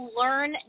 learn